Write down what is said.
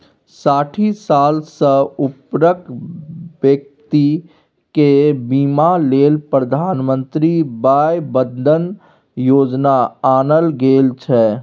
साठि साल सँ उपरक बेकती केर बीमा लेल प्रधानमंत्री बय बंदन योजना आनल गेल छै